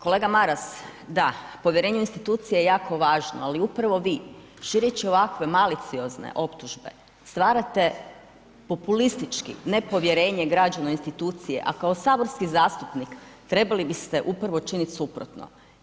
Kolega Maras, da povjerenje u institucije je jako važno, ali upravo vi šireći ovakve maliciozne optužbe stvarate populistički nepovjerenje građana u institucije, a kao saborski zastupnik trebali biste upravo činit suprotno.